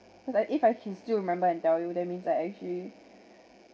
because I if I can still remember and tell you that means I actually